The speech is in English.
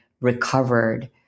recovered